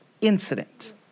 incident